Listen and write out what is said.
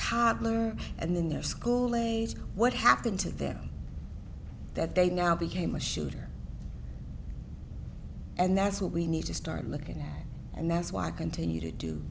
times and in their school days what happened to them that they now became a shooter and that's what we need to start looking at and that's why i continue to do